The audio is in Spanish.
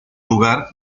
lugar